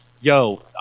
yo